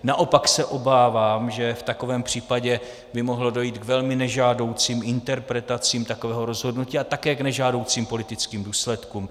Naopak se obávám, že v takovém případě by mohlo dojít k velmi nežádoucím interpretacím takového rozhodnutí a také k nežádoucím politickým důsledkům.